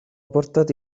portati